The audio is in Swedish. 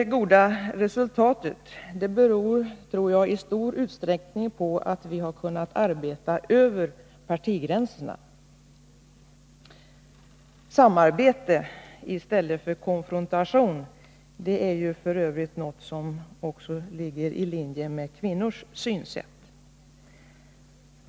Det goda resultatet beror, tror jag, i stor utsträckning på att vi har kunnat arbeta över partigränserna. Samarbete i stället för konfrontation är något som f. ö. ligger i linje med kvinnors synsätt.